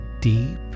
deep